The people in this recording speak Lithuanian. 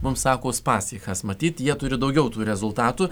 mums sako uspaskichas matyt jie turi daugiau tų rezultatų